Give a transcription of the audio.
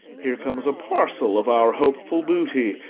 here comes a parcel of our hopeful booty,